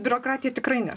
biurokratiją tikrai ne